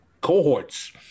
cohorts